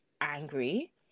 angry